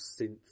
synth